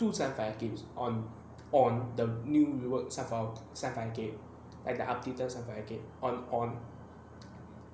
two side fire games on on the new reworks side side fire game like the art fire game on on